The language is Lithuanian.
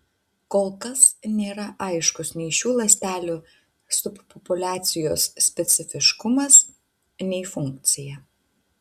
kol kas nėra aiškus nei šių ląstelių subpopuliacijos specifiškumas nei funkcija